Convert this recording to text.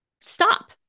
Stop